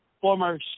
former